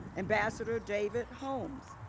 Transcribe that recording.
ambassador david holmes,